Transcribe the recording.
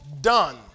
done